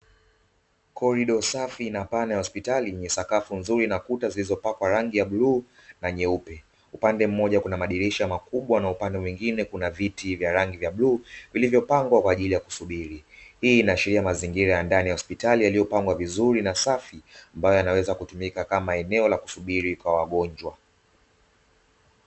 Korido safi na pana ya hospitali yenye sakafu nzuri na kuta zilizopakwa rangi ya bluu na nyeupe. Upande mmoja kuna madirisha makubwa na upande mwingne kuna viti vya rangi ya bluu vilivyopangwa kwa ajili ya kusubiri. Hii inaashiria mazingira ya ndani ya hospitali yaliyopangwa vizuri na safi ambayo yanaweza kutumika kama eneo la kusubiri kwa wagonjwa.